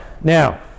now